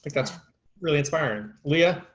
that's really inspiring. leah,